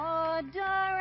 order